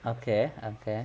okay okay